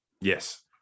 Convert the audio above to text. Yes